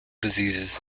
diseases